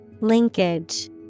Linkage